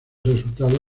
resultado